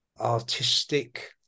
artistic